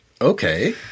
Okay